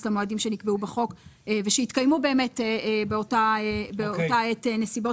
למועדים שנקבעו בחוק ושהתקיימו באמת באותה עת נסיבות